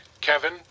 Kevin